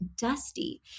dusty